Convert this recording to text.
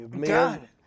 God